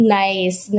nice